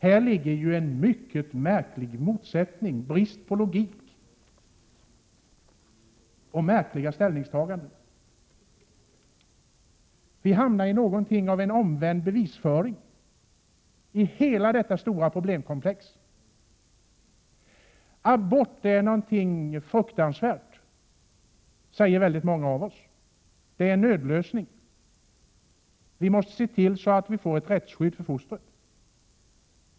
Här ligger en mycket märklig motsättning, en brist på logik och märkliga ställningstaganden. Vi hamnar i något av omvänd bevisföring i hela detta stora problemkomplex. Abort är någonting fruktansvärt svårt, säger många av oss. Det är en nödlösning. Vi måste se till så att fostret får ett rättsskydd.